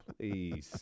Please